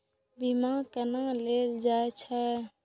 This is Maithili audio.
बीमा केना ले जाए छे?